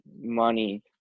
money